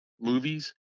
movies